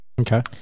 Okay